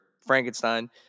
Frankenstein